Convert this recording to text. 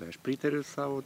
aš pritariu savo